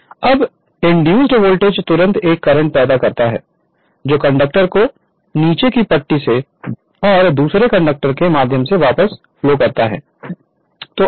Refer Slide Time 0223 अब induced voltage तुरंत एक करंट पैदा करता है जो कंडक्टर को नीचे की पट्टी से और दूसरे कंडक्टर के माध्यम से वापस फ्लो करता है